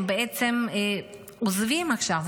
בעצם עוזבים עכשיו,